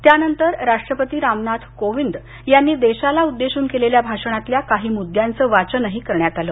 त्यानंतर राष्ट्रपती रामनाथ कोविंद यांनी देशाला उद्देशून केलेल्या भाषणातल्या काही मुद्द्यांचं वाषण करण्यात आलं